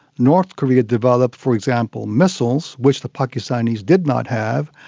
north korea developed, for example, missiles, which the pakistani's did not have.